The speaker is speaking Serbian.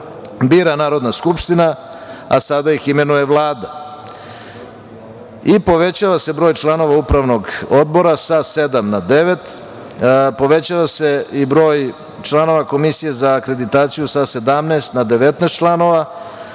bira Narodna skupština, a sada ih imenuje Vlada, i povećava se broj članova Upravnog odbora sa sedam na devet, povećava se i broj članova Komisije za akreditaciju sa 17 na 19 članova